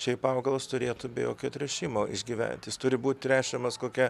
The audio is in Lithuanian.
šiaip augalas turėtų be jokio tręšimo išgyvent jis turi būt tręšiamas kokia